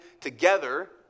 together